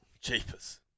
cheapest